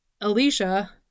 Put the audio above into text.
Alicia